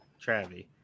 Travi